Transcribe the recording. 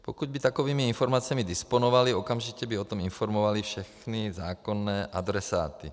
Pokud by takovými informacemi disponovali, okamžitě by o tom informovali všechny zákonné adresáty.